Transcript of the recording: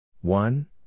One